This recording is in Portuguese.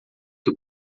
que